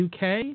UK